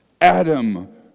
Adam